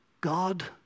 God